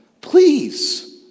please